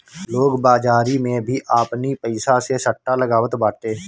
लोग बाजारी में भी आपनी पईसा से सट्टा लगावत बाटे